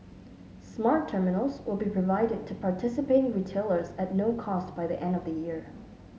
smart terminals will be provided to participating retailers at no cost by the end of the year